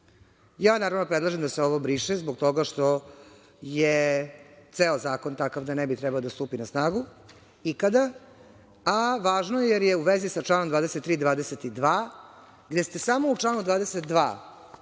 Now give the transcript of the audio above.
zakonom. Naravno, predlažem da se ovo briše zbog toga što je ceo zakon takav da ne bi trebao da stupi na snagu ikada, a važno je jer je u vezi sa članom 23. i 22. gde ste samo u članu 22.